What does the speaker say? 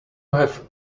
have